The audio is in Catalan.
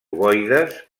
ovoides